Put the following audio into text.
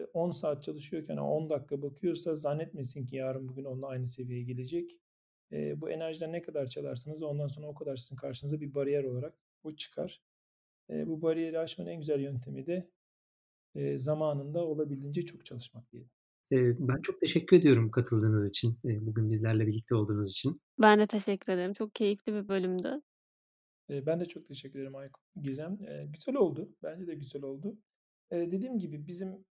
10 saat çalışıyorken 10 dakika bakıyorsa zannetmesin ki yarın bugün onunla aynı seviyeye gelecek. Eee, bu enerjiden ne kadar çalarsanız ondan sonra o kadar sizin karşınıza bir bariyer olarak bu çıkar. Eee, bu bariyeri aşmanın en güzel yöntemi de, eee, zamanında olabildiğince çok çalışmak yani. Eee, ben çok teşekkür ediyorum katıldığınız için, eee, bugün bizlerle birlikte olduğunuz için. Ben de teşekkür ederim. Çok keyifli bir bölümdü. Eee, ben de çok teşekkür ederim Aykut, Gizem. Eee, güzel oldu. Bence de güzel oldu. Eee, dediğim gibi bizim